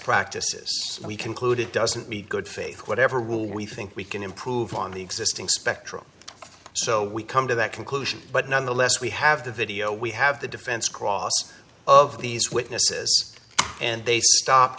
practices we conclude it doesn't be good faith whatever will we think we can improve on the existing spectrum so we come to that conclusion but nonetheless we have the video we have the defense cross of these witnesses and they stop